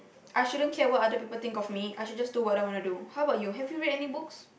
I shouldn't care what other people think of me I should just do what I want to do how about you have you read any books